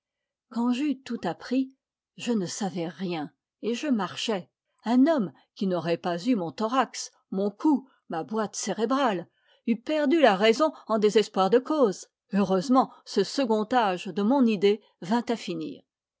quand j'eus tout appris je ne savais rien et je marchais un homme qui n'aurait pas eu mon thorax mon cou ma boîte cérébrale eût perdu la raison en désespoir de cause heureusement ce second âge de mon idée vint à finir